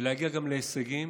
ולהגיע גם להישגים,